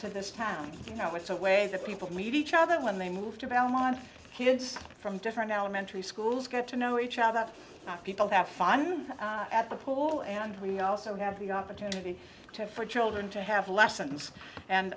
to this town you know it's a way that people meet each other when they move to belmont kids from different elementary schools get to know each other people have fun at the pool and we also have the opportunity for children to have lessons and